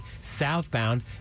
Southbound